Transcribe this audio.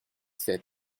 sept